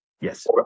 Yes